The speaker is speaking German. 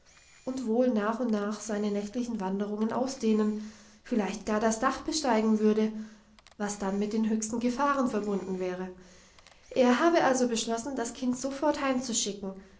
und wohl nach und nach seine nächtlichen wanderungen ausdehnen vielleicht gar das dach besteigen würde was dann mit den höchsten gefahren verbunden wäre er habe also beschlossen das kind sofort